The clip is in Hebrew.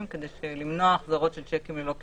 כדי למנוע החזרות של שיקים ללא כיסוי.